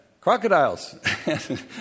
crocodiles